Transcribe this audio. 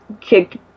kick